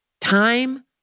time